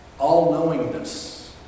All-knowingness